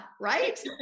right